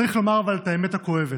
אבל צריך לומר את האמת הכואבת: